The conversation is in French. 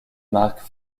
marques